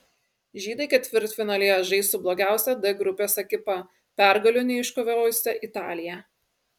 žydai ketvirtfinalyje žais su blogiausia d grupės ekipa pergalių neiškovojusia italija